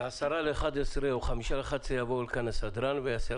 ב-10:55 תבוא הסדרנית ותסמן